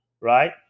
right